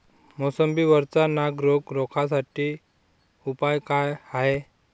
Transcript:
मोसंबी वरचा नाग रोग रोखा साठी उपाव का हाये?